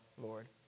Lord